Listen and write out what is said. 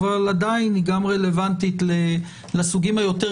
אבל עדיין היא גם רלוונטית לסוגים היותר